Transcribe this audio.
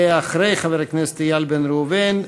אחרי חבר הכנסת איל בן ראובן,